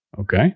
Okay